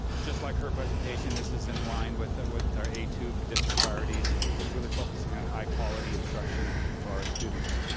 just like her presentation, this is in line with with our a two for district priorities, just really focusing on high quality instruction for our students.